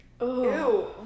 Ew